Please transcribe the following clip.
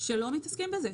שלא מתעסקים בזה,